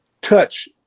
touch